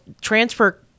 transfer